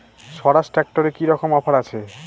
স্বরাজ ট্র্যাক্টরে কি রকম অফার আছে?